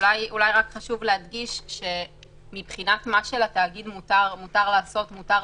אולי כדאי להיות יותר ספציפיים.